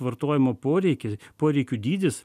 vartojimo poreikiai poreikių dydis